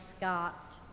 Scott